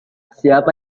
siapa